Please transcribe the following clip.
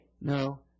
No